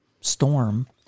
storm